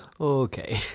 Okay